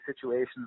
situations